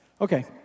Okay